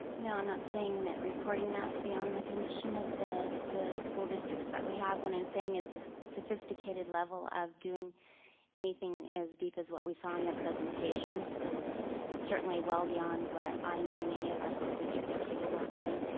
no, i'm not saying that reporting that's beyond the condition of the the school districts that we have. what i'm saying is the sophisticated level of doing anything as deep as what we saw in the presentations is certainly well beyond what i know many of our school districts are capable of doing.